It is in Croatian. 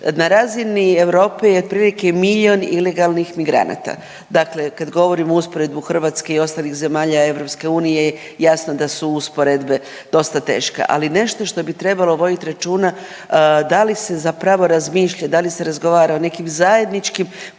na razini Europe je otprilike milion ilegalnih migranata. Dakle, kad govorimo usporedbu Hrvatske i ostalih zemalja EU jasno da su usporedbe dosta teške, ali nešto što bi trebalo vodit računa da li se zapravo razmišlja, da li se razgovara o nekim zajedničkim